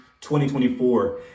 2024